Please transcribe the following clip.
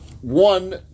one